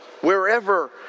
wherever